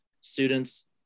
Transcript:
students